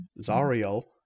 Zariel